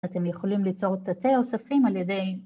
אתם יכולים ליצור תתי ה אוספים על ידי...